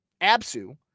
Absu